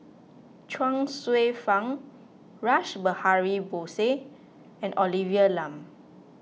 Chuang Hsueh Fang Rash Behari Bose and Olivia Lum